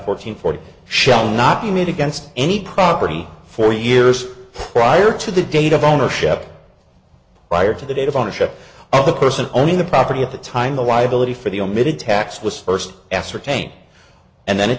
fourteen forty shall not be made against any property for years prior to the date of ownership prior to the date of ownership of the person owning the property at the time the liability for the omitted tax was first ascertain and then it